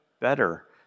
better